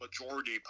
majority